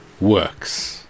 works